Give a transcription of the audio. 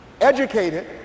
educated